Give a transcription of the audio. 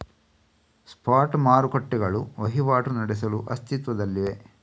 spot ಮಾರುಕಟ್ಟೆಗಳು ವಹಿವಾಟು ನಡೆಸಲು ಅಸ್ತಿತ್ವದಲ್ಲಿವೆ